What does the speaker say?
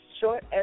short